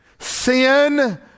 sin